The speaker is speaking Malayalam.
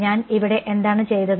ഞാൻ ഇവിടെ എന്താണ് ചെയ്തത്